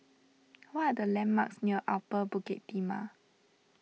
what are the landmarks near Upper Bukit Timah